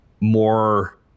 more